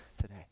today